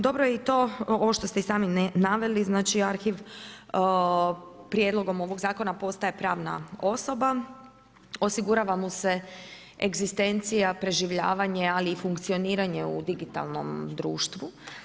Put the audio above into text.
Dobro je i to, ovo što ste i sami naveli, znači, arhiv prijedlogom ovog zakona, postaje pravna osoba, osigurava mu se egzistencija preživljavanje ali i funkcioniranje u digitalnom društvu.